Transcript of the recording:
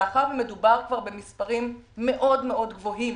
מאחר ומדובר במספרים מאוד-מאוד גבוהים